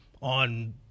on